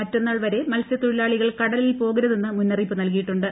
മറ്റന്നാൾ വരെ മത്സ്യത്തൊഴിലാളികൾ കടലിൽ പോകരുതെന്ന് മുന്നറിയിപ്പ് നൽകിയിട്ടുണ്ട്